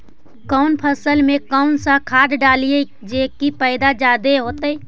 कौन फसल मे कौन सा खाध डलियय जे की पैदा जादे होतय?